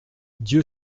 dieu